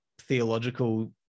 theological